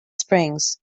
springs